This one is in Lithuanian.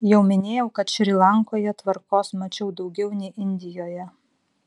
jau minėjau kad šri lankoje tvarkos mačiau daugiau nei indijoje